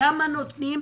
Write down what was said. כמה נותנים?